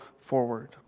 forward